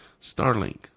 Starlink